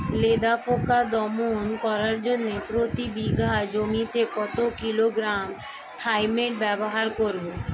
লেদা পোকা দমন করার জন্য প্রতি বিঘা জমিতে কত কিলোগ্রাম থাইমেট ব্যবহার করব?